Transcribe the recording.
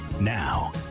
Now